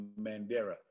Mandera